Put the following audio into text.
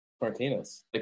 Martinez